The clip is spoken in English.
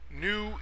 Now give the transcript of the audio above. New